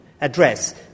address